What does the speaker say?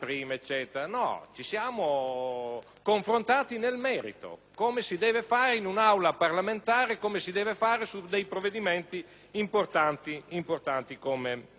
confrontati nel merito, come si deve fare in un'aula parlamentare su provvedimenti importanti come questo.